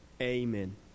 amen